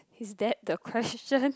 is that the question